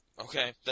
okay